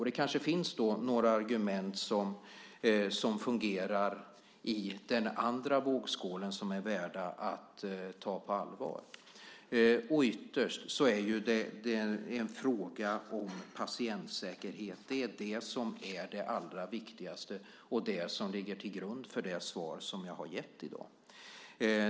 Det kanske finns några fungerande argument i den andra vågskålen som är värda att ta på allvar. Ytterst är det ju en fråga om patientsäkerhet. Den är allra viktigast och ligger till grund för det svar som jag har gett i dag.